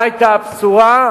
מה היתה הבשורה?